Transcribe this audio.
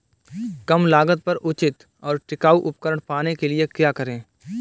कम लागत पर उचित और टिकाऊ उपकरण पाने के लिए क्या करें?